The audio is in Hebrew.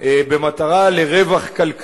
במטרה להרוויח רווח כלכלי,